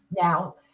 Now